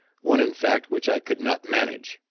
one in fact which i could not manage.